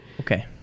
okay